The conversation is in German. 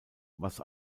was